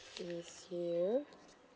it was here